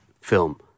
film